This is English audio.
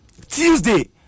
Tuesday